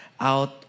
out